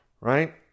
right